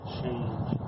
change